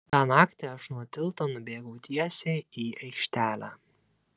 tą naktį aš nuo tilto nubėgau tiesiai į aikštelę